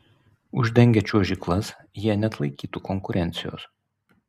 uždengę čiuožyklas jie neatlaikytų konkurencijos